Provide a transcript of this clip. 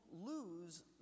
lose